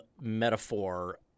metaphor